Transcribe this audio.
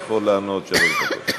שיכול לענות שלוש דקות.